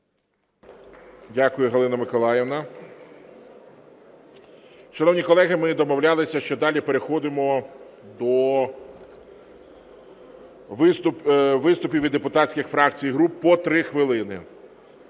Дякую, Галина Миколаївна. Шановні колеги, ми домовлялися, що далі переходимо до виступів від депутатських фракцій і груп по 3 хвилини.